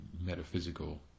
metaphysical